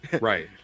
right